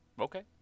Okay